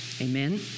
Amen